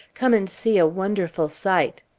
come and see a wonderful sight!